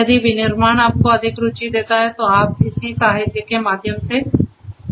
यदि विनिर्माण आपको अधिक रुचि देता है तो आप इसी साहित्य के माध्यम से जा सकते हैं